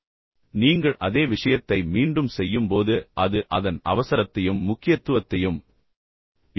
இப்போது நீங்கள் அதே விஷயத்தை மீண்டும் செய்யும்போது அது அதன் அவசரத்தையும் முக்கியத்துவத்தையும் இழக்கிறது என்பதை நீங்கள் புரிந்து கொள்ள முடியும்